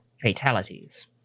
fatalities